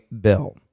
bill